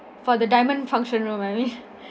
for the diamond function room I mean